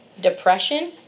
depression